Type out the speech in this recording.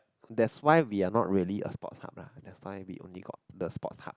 that's why we are not really a sport hub lah that's we only got the sports hub